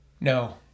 No